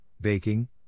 baking